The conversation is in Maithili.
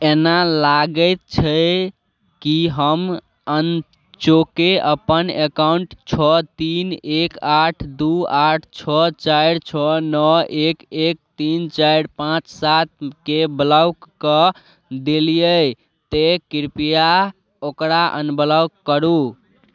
एना लागैत छै कि हम अनचोके अपन एकॉउन्ट छओ तीन एक आठ दू आठ छओ चारि छओ नओ एक एक तीन चारि पाँच सातकेँ ब्लॉक कऽ देलियै तैँ कृप्या ओकरा अनब्लॉक करू